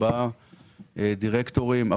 ארבע דירקטורים.